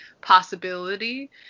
possibility